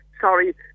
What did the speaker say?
sorry